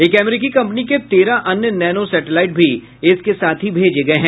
एक अमरीकी कंपनी के तेरह अन्य नैनो सैटेलाइट भी इसके साथ ही भेजे गए हैं